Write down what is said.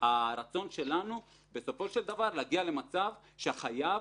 הרצון שלנו בסופו של דבר להגיע למצב שהחייב